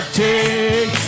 take